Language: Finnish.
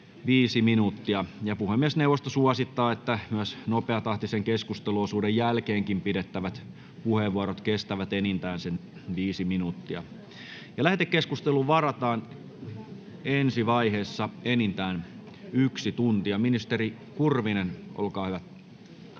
Puhemiesneuvosto suosittaa, että nopeatahtisen keskusteluosuuden jälkeenkin pidettävät puheenvuorot kestävät enintään sen viisi minuuttia. Lähetekeskusteluun varataan ensi vaiheessa enintään yksi tunti. — Ministeri Kurvinen, olkaa hyvä.